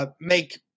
make